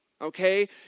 okay